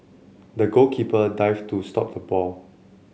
the goalkeeper dived to stop the ball